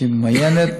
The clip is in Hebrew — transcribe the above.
והם ממיינים,